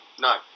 No